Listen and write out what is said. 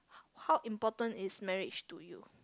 how important is marriage to you